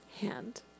hand